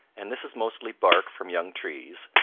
and this is mostly bark from young trees,